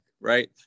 right